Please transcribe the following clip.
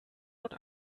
und